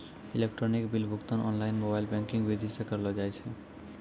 electronic bill भुगतान online mobile banking विधि से करलो जाय छै